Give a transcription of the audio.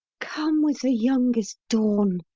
come with the youngest dawn!